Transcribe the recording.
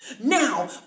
Now